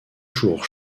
jours